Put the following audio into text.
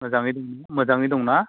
मोजाङै मोजाङै दं ना